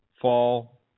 fall